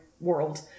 world